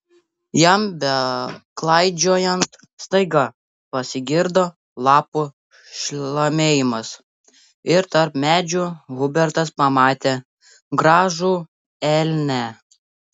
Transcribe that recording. jam beklaidžiojant staiga pasigirdo lapų šlamėjimas ir tarp medžių hubertas pamatė gražų elnią